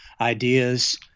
ideas